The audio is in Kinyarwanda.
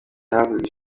yahabwaga